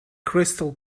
crystal